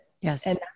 Yes